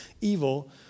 evil